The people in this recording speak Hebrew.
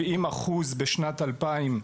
70% בשנת 2019,